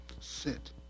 Sit